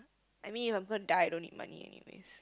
I mean if I'm gonna die I don't need money anyways